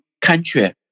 country